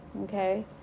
okay